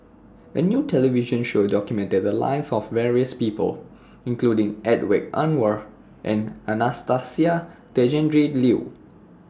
A New television Show documented The Lives of various People including Hedwig Anuar and Anastasia Tjendri Liew